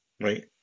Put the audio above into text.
right